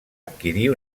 adquirir